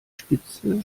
spitze